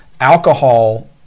alcohol